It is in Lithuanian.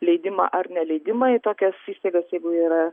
leidimą ar neleidimą į tokias įstaigas jeigu yra